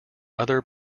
other